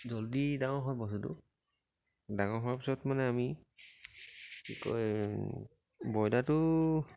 জলদি ডাঙৰ হয় বস্তুটো ডাঙৰ হোৱাৰ পিছত মানে আমি কি কয় ব্ৰইলাটো